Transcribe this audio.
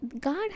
god